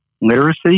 literacy